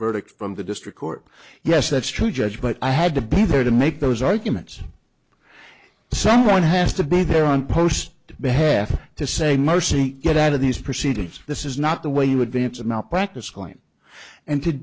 verdict from the district court yes that's true judge but i had to be there to make those arguments someone has to be there on post behalf to say most eat get out of these proceedings this is not the way you advance of malpractise claims and to